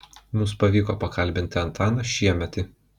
mums pavyko pakalbinti antaną šiemetį